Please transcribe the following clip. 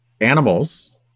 animals